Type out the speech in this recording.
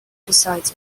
besides